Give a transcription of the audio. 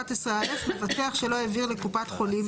(11א) מבטח שלא העביר לקופת חולים,